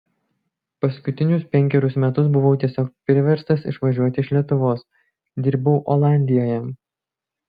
paskutinius penkerius metus buvau tiesiog priverstas išvažiuoti iš lietuvos dirbau olandijoje